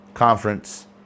Conference